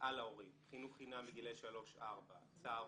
על ההורים חינוך חינם מגילאי 3-4, צהרונים,